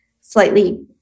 slightly